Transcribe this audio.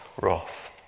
wrath